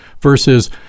versus